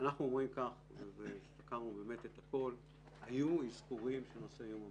אנחנו אומרים שהיו אזכורים של נושא איום המנהרות.